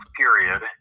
period